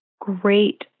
Great